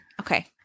Okay